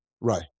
Right